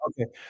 Okay